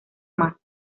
más